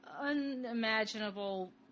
unimaginable